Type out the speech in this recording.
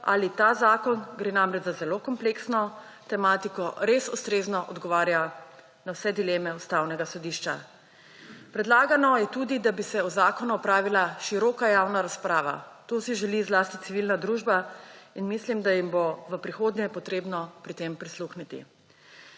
ali ta zakon, gre namreč za zelo kompleksno tematiko, res ustrezno odgovarja na vse dileme Ustavnega sodišča. Predlagano je tudi, da bi se o zakonu opravila široka javna razprava. To si želi zlasti civilna družba in mislim, da jim bo v prihodnje treba pri tem prisluhniti.